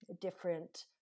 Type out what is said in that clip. different